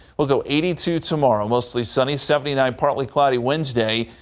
well, the eighty two tomorrow, mostly sunny seventy nine, partly cloudy wednesday.